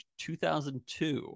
2002